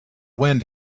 wind